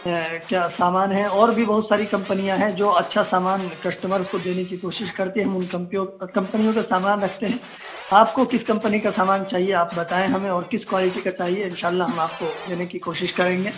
کیا سامان ہے اور بھی بہت ساری کمپنیاں ہیں جو اچھا سامان کسٹمرس کو دینے کی کوشش کرتے ہیں ہم ان کمپنیوں کا سامان رکھتے ہیں آپ کو کس کمپنی کا سامان چاہیے آپ بتائیں ہمیں اور کس کوالٹی کا چاہیے انشاء اللہ ہم آپ کو دینے کی کوشش کریں گے